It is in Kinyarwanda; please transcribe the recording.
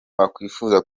wakwifuza